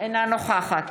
אינה נוכחת